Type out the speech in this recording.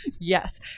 Yes